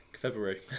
February